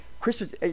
Christmas